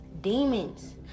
Demons